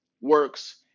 works